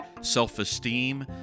self-esteem